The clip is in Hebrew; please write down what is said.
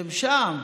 אתם שם.